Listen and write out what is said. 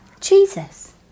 Jesus